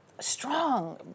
strong